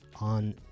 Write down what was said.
On